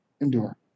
endure